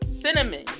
cinnamon